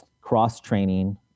cross-training